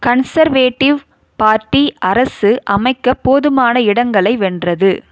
conservative Party அரசு அமைக்க போதுமான இடங்களை வென்றது